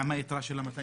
מה עם היתרה של ה-260,000?